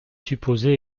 supposer